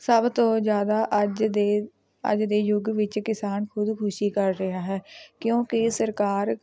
ਸਭ ਤੋਂ ਜ਼ਿਆਦਾ ਅੱਜ ਦੇ ਅੱਜ ਦੇ ਯੁੱਗ ਵਿੱਚ ਕਿਸਾਨ ਖੁਦਕੁਸ਼ੀ ਕਰ ਰਿਹਾ ਹੈ ਕਿਉਂਕਿ ਸਰਕਾਰ